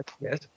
Yes